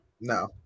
No